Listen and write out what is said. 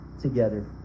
together